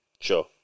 Sure